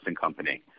company